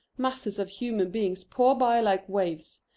masses of human beings pour by like waves,